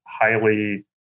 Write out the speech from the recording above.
highly